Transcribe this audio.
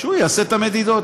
שהוא יעשה את המדידות,